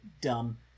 dumb